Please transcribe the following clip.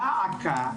דא עקא,